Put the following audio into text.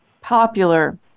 popular